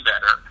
better